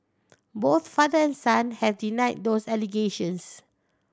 both father and son have denied those allegations